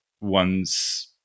one's